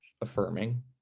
affirming